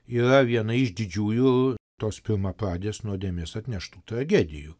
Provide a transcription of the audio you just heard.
yra viena iš didžiųjų tos pirmapradės nuodėmės atneštų tragedijų